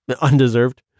undeserved